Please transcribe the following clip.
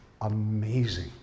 amazing